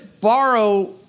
borrow